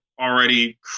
already